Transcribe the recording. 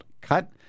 Cut